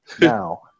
Now